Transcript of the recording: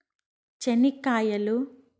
చెనిక్కాయలు